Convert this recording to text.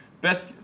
Best